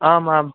आम् आम्